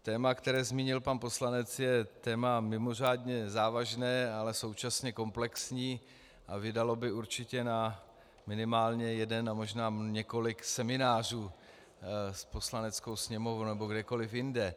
Téma, které zmínil pan poslanec, je téma mimořádně závažné, ale současně komplexní a vydalo by určitě na minimálně jeden a možná několik seminářů s Poslaneckou sněmovnou nebo kdekoliv jinde.